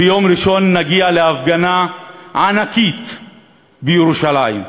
ביום ראשון נגיע להפגנה ענקית בירושלים.